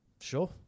Sure